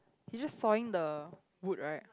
he just sawing the wood right